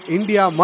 India